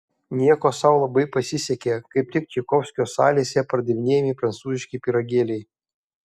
nieko sau labai pasisekė kaip tik čaikovskio salėse pardavinėjami prancūziški pyragėliai